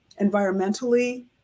environmentally